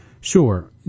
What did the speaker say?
Sure